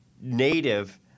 native –